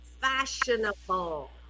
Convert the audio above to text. fashionable